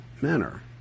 manner